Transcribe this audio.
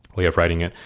way of writing it.